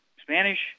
Spanish